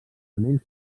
anells